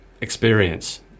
experience